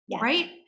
right